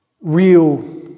Real